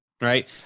Right